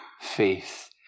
faith